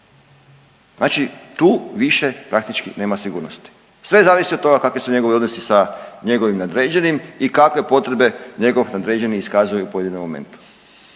znači tu više praktički nema sigurnosti, sve zavisi od toga kakvi su njegovi odnosi sa njegovim nadređenim i kakve potrebe njegov nadređeni iskazuje u pojedinom momentu